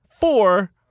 Four